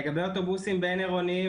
לגבי אוטובוסים בינעירוניים,